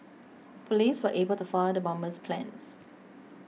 police were able to foil the bomber's plans